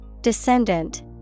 Descendant